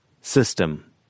System